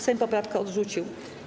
Sejm poprawkę odrzucił.